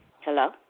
Hello